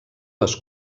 les